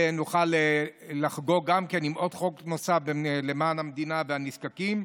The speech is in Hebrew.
ונוכל לחגוג עם חוק נוסף למען המדינה והנזקקים.